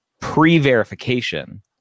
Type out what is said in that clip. pre-verification